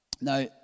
Now